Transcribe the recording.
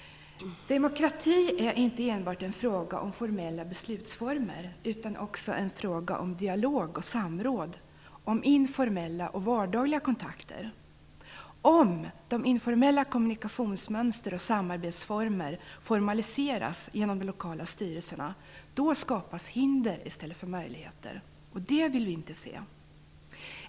Demokrati är inte enbart en fråga om formella beslutsformer utan också en fråga om dialog och samråd, om informella och vardagliga kontakter. Om informella kommunikationsmönster och samarbetsformer formaliseras genom de lokala styrelserna skapas hinder i stället för möjligheter, och det vill vi inte se.